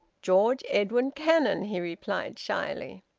george edwin cannon, he replied shyly.